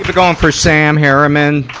ah going for sam harriman,